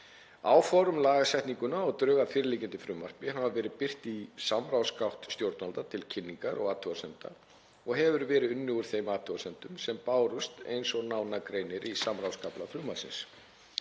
Áform um lagasetninguna og drög að fyrirliggjandi frumvarpi hafa verið birt í samráðsgátt stjórnvalda til kynningar og athugasemda og hefur verið unnið úr þeim athugasemdum sem bárust eins og nánar greinir í samráðskafla frumvarpsins.